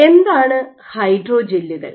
എന്താണ് ഹൈഡ്രോജെല്ലുകൾ